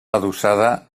adossada